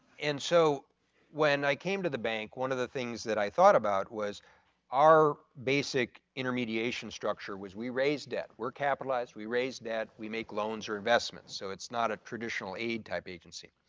and so when i came to the bank, one of the things that i thought about was our basic intermediation structure was we raise that, we're capitalized, we raised that, we make loans or investments, so it's not a traditional aid type agency.